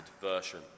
version